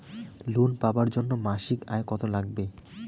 Loan পাবার জন্যে মাসিক আয় কতো লাগবে?